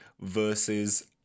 versus